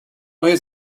neue